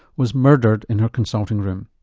was murdered in her consulting room.